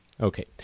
Okay